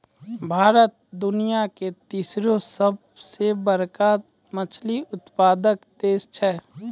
भारत दुनिया के तेसरो सभ से बड़का मछली उत्पादक देश छै